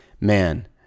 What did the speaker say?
man